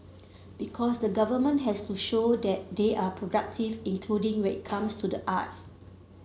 because the government has to show that they are productive including it comes to the arts